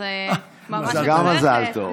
אז גם מזל טוב.